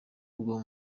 bwo